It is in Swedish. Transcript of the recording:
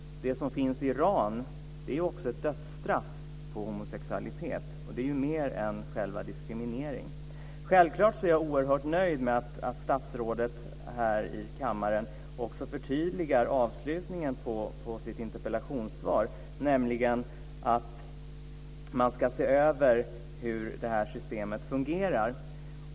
Det finns också dödsstraff för homosexualitet i Iran, och det betyder ju mer än själva diskrimineringen. Självklart är jag oerhört nöjd med att statsrådet här i kammaren också förtydligar avslutningen på sitt interpellationssvar genom att säga att man ska se över hur detta system fungerar.